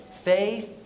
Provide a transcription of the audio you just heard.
Faith